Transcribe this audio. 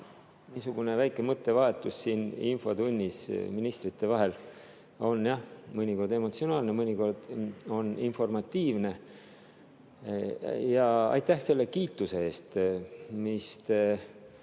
Niisugune väike mõttevahetus siin infotunnis ministrite vahel on mõnikord emotsionaalne, mõnikord on informatiivne. Aga aitäh selle kiituse eest, mis te